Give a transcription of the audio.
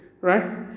right